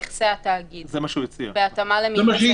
שתאגידים שיכולים לפעול ימשיכו לפעול אבל בגלל עיכוב